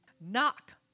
knock